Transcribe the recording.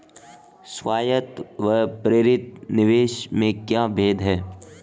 स्वायत्त व प्रेरित निवेश में क्या भेद है?